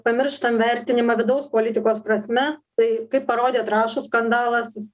pamirštam vertinimą vidaus politikos prasme tai kaip parodė trąšų skandalas